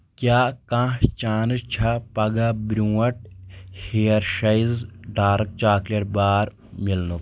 کیٛاہ کانٛہہ چانس چھا پگاہ برٛونٛہہ ۂیرشایز ڈارک چاکلیٹ بار مِلنُک